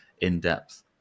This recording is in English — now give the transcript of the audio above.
in-depth